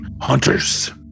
Hunters